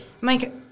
Mike